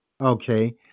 Okay